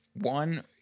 one